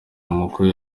amakuru